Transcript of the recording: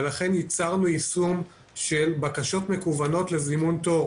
ולכן ייצרנו יישום של בקשות מקוונות לזימון תור.